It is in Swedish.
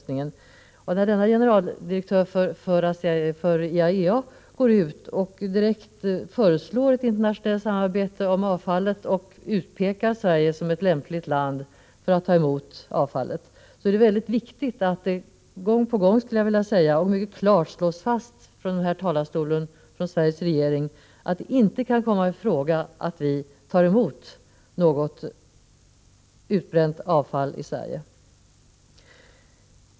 När denne generaldirektör för IAEA går ut och direkt föreslår ett internationellt samarbete om avfallet och utpekar Sverige som ett lämpligt land för att ta emot avfallet, så är det väsentligt att företrädare för den svenska regeringen gång på gång, skulle jag vilja säga, mycket klart slår fast från den här talarstolen, att det inte kan komma i fråga att vi tar emot något utbränt avfall i Sverige.